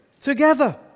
together